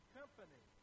company